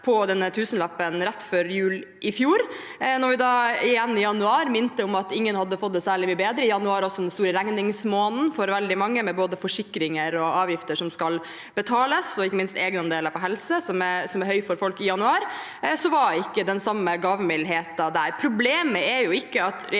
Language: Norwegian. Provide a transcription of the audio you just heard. på den tusenlappen rett før jul i fjor. Da vi igjen i januar minte om at ingen hadde fått det særlig bedre – januar er også den store regningsmåneden for veldig mange, med både forsikringer og avgifter som skal betales, og ikke minst er egenandeler på helse høye for folk i januar – var ikke den samme gavmildheten der. Problemet er ikke at